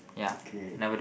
okay